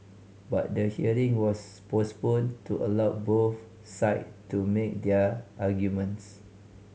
but the hearing was postponed to allow both side to make their arguments